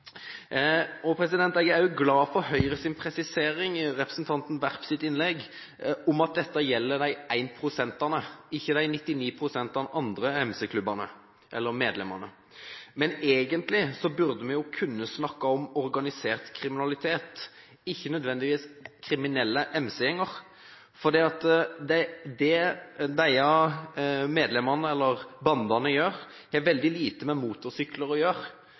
Jeg er også glad for Høyres presisering i representanten Werps innlegg, at dette gjelder 1 pst., ikke de 99 pst. andre medlemmene. Men egentlig burde vi kunne snakke om organisert kriminalitet, ikke nødvendigvis kriminelle MC-gjenger, fordi det bandene gjør, har veldig lite med motorsykler å gjøre.